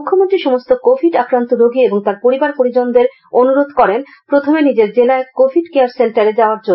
মুখ্যমন্ত্রী সমস্ত কোভিড আক্রান্ত রোগী এবং তার পরিবার পরিজনদের অনুরোধ করেন প্রথমে নিজের জেলার কোভিড কেয়ার সেন্টারে যাওয়ার জন্য